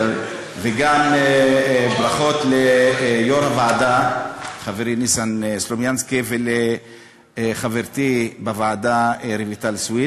וגם ברכות ליו"ר הוועדה חברי ניסן סלומינסקי ולחברתי בוועדה רויטל סויד